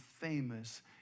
famous